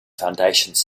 foundations